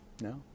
No